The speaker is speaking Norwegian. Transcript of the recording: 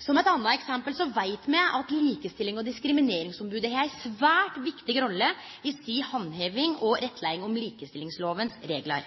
Som eit anna eksempel veit me at likestillings- og diskrimineringsombodet har ei svært viktig rolle i si handheving av og rettleiing i likestillingslovas reglar.